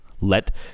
Let